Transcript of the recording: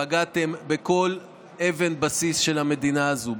פגעתם בכל אבן בסיס של המדינה הזו,